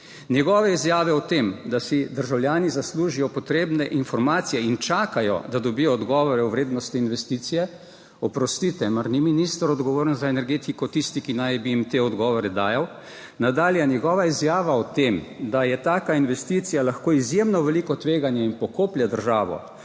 Njegove izjave o tem, da si državljani zaslužijo potrebne informacije in čakajo, da dobijo odgovore o vrednosti investicije, oprostite, mar ni minister, odgovoren za energetiko, tisti, ki naj bi jim te odgovore dajal? Nadalje je njegova izjava o tem, da je taka investicija lahko izjemno veliko tveganje in pokoplje državo,